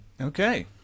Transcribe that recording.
okay